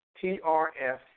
T-R-F